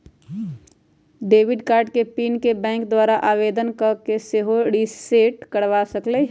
debit card के pin के bank द्वारा आवेदन कऽ के सेहो रिसेट करबा सकइले